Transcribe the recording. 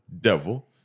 devil